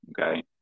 Okay